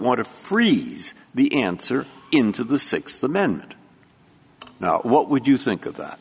want to freeze the answer into the six the mend now what would you think of that